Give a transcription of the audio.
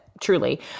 truly